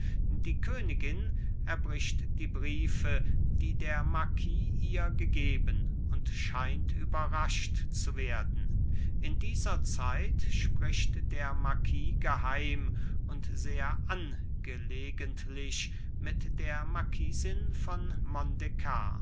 die königin erbricht die briefe die der marquis ihr gegeben und scheint überrascht zu werden in dieser zeit spricht der marquis geheim und sehr angelegentlich mit der marquisin von